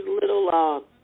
little